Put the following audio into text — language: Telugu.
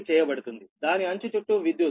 దాని అంచు చుట్టూ విద్యుత్